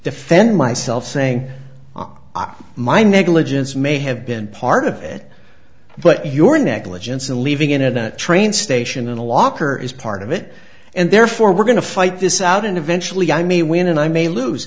defend myself saying ah ah my negligence may have been part of it but your negligence in leaving in a train station in a locker is part of it and therefore we're going to fight this out and eventually i mean win and i may lose